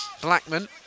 Blackman